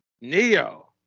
Neo